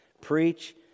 Preach